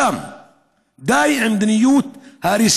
שנשב ביחד כאן ונדון איך להציל את המגזר הזה,